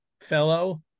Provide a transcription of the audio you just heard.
fellow